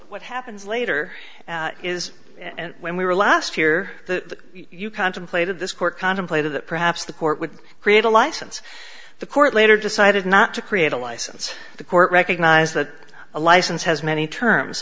what happens later is when we were last here the you contemplated court contemplated that perhaps the court would create a license the court later decided not to create a license the court recognise that a license has many terms